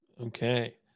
Okay